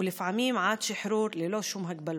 ולפעמים עד שחרור ללא שום הגבלות,